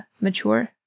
mature